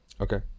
Okay